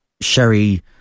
Sherry